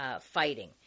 fighting